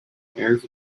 heirs